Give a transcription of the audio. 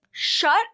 Shut